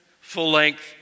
full-length